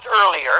earlier